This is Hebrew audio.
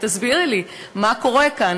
תסבירי לי, מה קורה כאן?